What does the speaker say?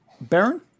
Baron